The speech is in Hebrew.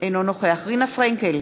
אינו נוכח רינה פרנקל,